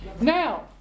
Now